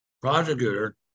prosecutor